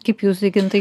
kaip jūs vygintai